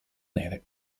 nere